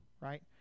right